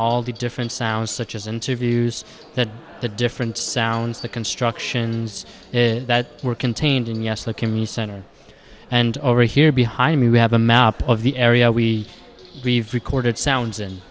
all the different sounds such as interviews that the different sounds the constructions that were contained in yes the community center and over here behind me we have a map of the area we recorded sounds